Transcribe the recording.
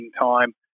time